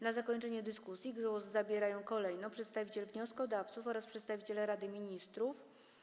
Na zakończenie dyskusji głos zabierają kolejno przedstawiciel wnioskodawców oraz przedstawiciel Rady Ministrów.